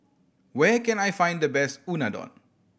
where can I find the best Unadon